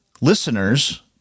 listeners